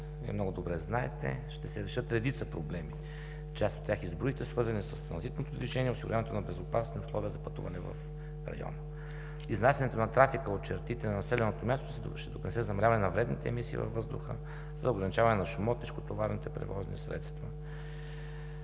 Вие много добре знаете, ще се решат редица проблеми, част от тях изброихте, свързани с транзитното движение и осигуряването на безопасни условия за пътуване в района. Изнасянето на трафика от чертите на населеното място ще допринесе за намаляване на вредните емисии във въздуха и за ограничаване на шума от тежкотоварните превозни средства.